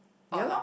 all along